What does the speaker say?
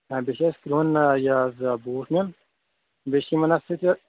تَمہِ پتہٕ چھُ اَسہِ کرٛہُن یہِ حظ بوٗٹ نیُن بیٚیہِ چھُ یِمن اَتھ سۭتۍ یہِ